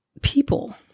people